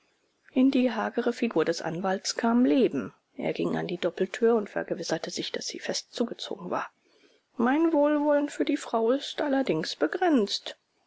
in die hagere figur des anwalts kam leben er ging an die doppeltür und vergewisserte sich daß sie fest zugezogen war mein wohlwollen für die frau ist allerdings begrenzt